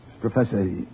Professor